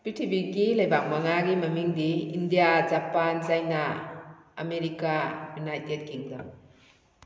ꯄ꯭ꯔꯤꯊꯤꯕꯤꯒꯤ ꯂꯩꯕꯥꯛ ꯃꯉꯥꯒꯤ ꯃꯃꯤꯡꯗꯤ India Japan China America United kingdom